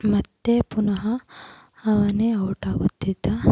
ಮತ್ತೆ ಪುನಹ ಅವನೇ ಔಟ್ ಆಗುತ್ತಿದ್ದ